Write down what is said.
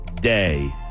day